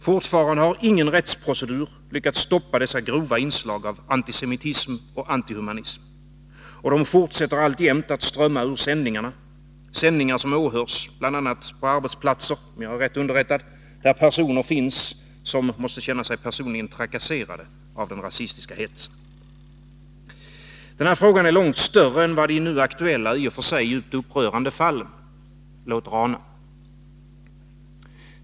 Fortfarande har ingen rättsprocedur lyckats stoppa dessa grova inslag av antisemitism och antihumanism, och de fortsätter alltjämt att strömma ur sändningarna, sändningar som åhörs bl.a. på arbetsplatser — om jag är rätt underrättad — där personer finns som måste känna sig personligen trakasserade av den rasistiska hetsen. Den här frågan är långt större än vad de nu aktuella, i och för sig djupt upprörande fallen, låter ana.